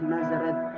Nazareth